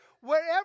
wherever